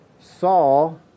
Saul